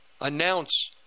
announce